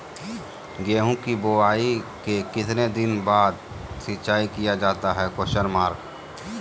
गेंहू की बोआई के कितने दिन बाद सिंचाई किया जाता है?